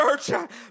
church